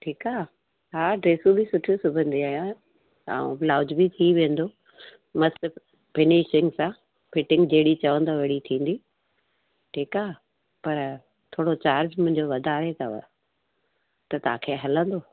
ठीकु आहे हा ड्रेसूं बि सुठी सुबंदी आहियां ऐं ब्लाउज बि थी वेंदो मस्तु फिनीशींग सां फिटींग जहिड़ी चवंदव अहिड़ी थींदी ठीकु आहे पर थोरो चार्ज मुंहिंजो वधायो अथव त तव्हांखे हलंदो